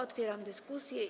Otwieram dyskusję.